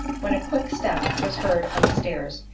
when a quick step was heard on the stairs,